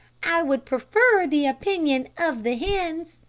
i would prefer the opinion of the hens.